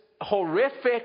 horrific